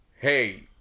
hey